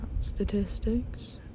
statistics